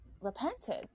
repented